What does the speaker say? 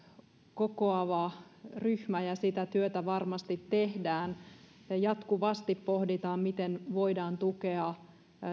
kokoava ryhmä sitä työtä varmasti tehdään ja jatkuvasti pohditaan miten voidaan tukea